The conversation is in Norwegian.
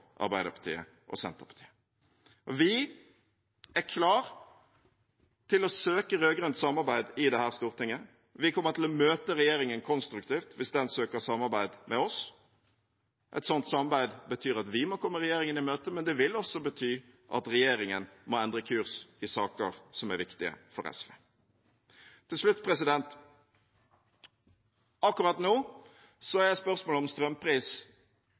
Arbeiderpartiet og Senterpartiet. Vi er klare til å søke rød-grønt samarbeid i dette stortinget. Vi kommer til å møte regjeringen konstruktivt hvis den søker samarbeid med oss. Et slikt samarbeid betyr at vi må komme regjeringen i møte, men det vil også bety at regjeringen må endre kurs i saker som er viktige for SV. Til slutt: Akkurat nå er spørsmålet om strømpris